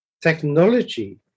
technology